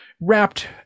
wrapped